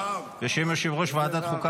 בשם יושב-ראש ועדת החוקה,